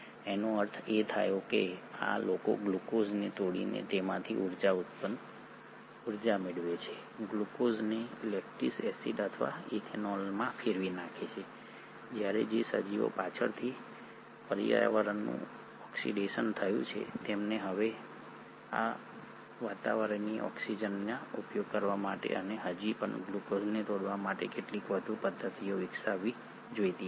એનો અર્થ એ થયો કે આ લોકો ગ્લુકોઝને તોડીને તેમાંથી ઊર્જા મેળવી શકે છે ગ્લુકોઝને લેક્ટિક એસિડ અથવા ઇથેનોલમાં ફેરવી નાખે છે જ્યારે જે સજીવો પાછળથી પર્યાવરણનું ઓક્સિડેશન થયું છે તેમણે હવે તે વાતાવરણીય ઓક્સિજનનો ઉપયોગ કરવા માટે અને હજી પણ ગ્લુકોઝને તોડવા માટે કેટલીક વધુ પદ્ધતિઓ વિકસાવવી જોઈતી હતી